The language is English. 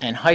and high